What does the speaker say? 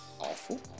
awful